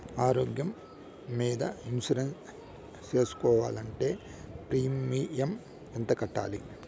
ఆరోగ్యం మీద ఇన్సూరెన్సు సేసుకోవాలంటే ప్రీమియం ఎంత కట్టాలి?